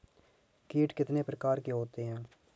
कीट कितने प्रकार के होते हैं?